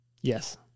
Yes